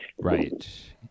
Right